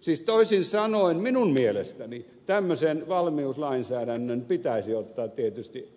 siis toisin sanoen minun mielestäni tämmöisen valmiuslainsäädännön pitäisi ottaa tietysti